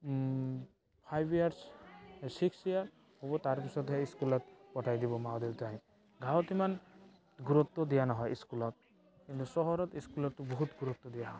five years six years হ'ব তাৰ পিছতহে স্কুলত পঠাই দিব মা দেউতাই গাঁৱত ইমান গুৰুত্ব দিয়া নহয় স্কুলত কিন্তু চহৰত স্কুলত বহুত গুৰুত্ব দিয়া হয়